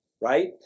right